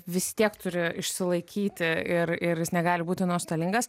vis tiek turi išsilaikyti ir ir jis negali būti nuostolingas